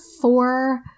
four